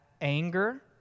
anger